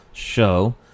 Show